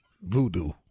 Voodoo